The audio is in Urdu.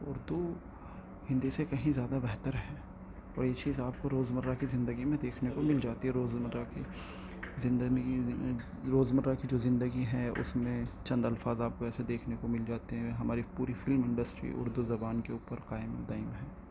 اردو ہندی سے کہیں زیادہ بہتر ہے اور یہ چیز آپ کو روزمرہ کی زندگی میں دیکھنے کو مل جاتی ہے روزمرہ کی زندگی روزمرہ کی جو زندگی ہے اس میں چند الفاظ آپ کو ایسے دیکھنے کو مل جاتے ہیں ہماری پوری فلم انڈسٹری اردو زبان کے اوپر قائم و دائم ہے